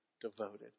devoted